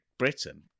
Britain